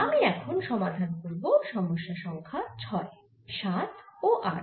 আমি এখন সমাধান করব সমস্যা সংখ্যা 6 7 ও 8